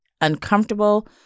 uncomfortable